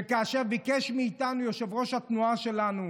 שכאשר ביקש מאיתנו יושב-ראש התנועה שלנו